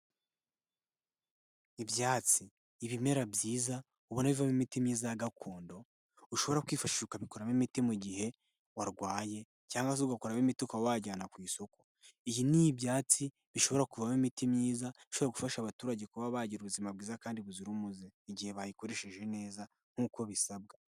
Ibyatsi, ibimera byiza ubona bivamo imiti myiza ya gakondo, ushobora kwifashisha ukabikuramo imiti mu gihe warwaye cyangwa ugabikoramo imiti ukaba wayijyana ku isoko. Iyi ni ibyatsi bishobora kuvamo imiti myiza ishobora gufasha abaturage kuba bagira ubuzima bwiza kandi buzira umuze igihe bayikoresheje neza nk'uko bisabwa.